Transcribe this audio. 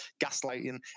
gaslighting